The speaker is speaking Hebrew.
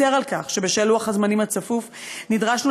מצר על כך שבשל לוח הזמנים הצפוף נדרשנו